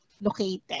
located